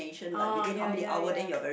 oh ya ya ya